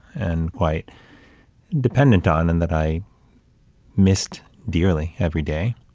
and quite dependent on, and that i missed dearly every day.